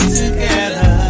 together